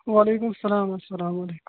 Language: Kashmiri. وعلیکم سلام اسلامُ علیکم